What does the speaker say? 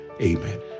amen